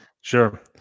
Sure